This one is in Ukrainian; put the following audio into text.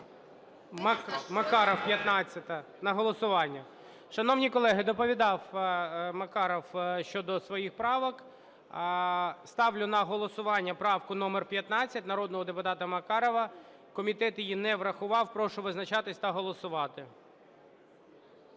Макаров, 15-а. На голосування. Шановні колеги, доповідав Макаров щодо своїх правок. Ставлю на голосування правку номер 15 народного депутата Макарова. Комітет її не врахував. Прошу визначатись та голосувати.